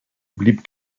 blieb